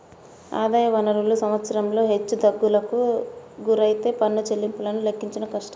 ఆదాయ వనరులు సంవత్సరంలో హెచ్చుతగ్గులకు గురైతే పన్ను చెల్లింపులను లెక్కించడం కష్టం